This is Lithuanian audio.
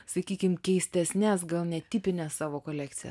sakykim keistesnes gal netipines savo kolekcijas